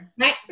Right